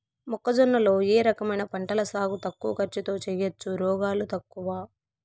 మొక్కజొన్న లో ఏ రకమైన పంటల సాగు తక్కువ ఖర్చుతో చేయచ్చు, రోగాలు తక్కువ?